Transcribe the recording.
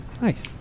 Nice